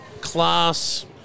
class